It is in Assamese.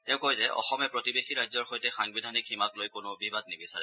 তেওঁ কয় যে অসমে প্ৰতিবেশী ৰাজ্যৰ সৈতে সাংবিধানিক সীমাক লৈ কোনো বিবাদ নিবিচাৰে